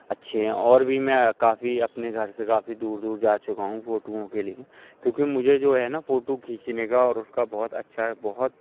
اچھے ہیں اور بھی میں کافی اپنے گھر سے کافی دور دور جا چکا ہوں فوٹوؤں کے لیے کیوں کہ مجھے جو ہے نا فوٹو کھینچنے کا اور اس کا بہت اچھا بہت